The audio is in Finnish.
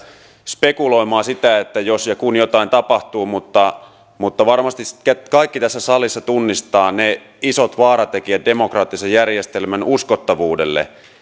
spekuloimaan sitä että jos ja kun jotain tapahtuu mutta mutta varmasti kaikki tässä salissa tunnistavat ne isot vaaratekijät demokraattisen järjestelmän uskottavuudelle esimerkiksi